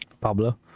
Pablo